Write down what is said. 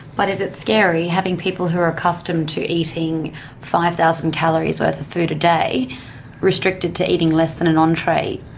but is it scary having people who are accustomed to eating five thousand calories worth of food a day restricted to eating less than an entree,